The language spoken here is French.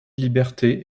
liberté